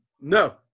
No